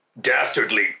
dastardly